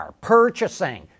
purchasing